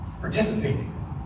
Participating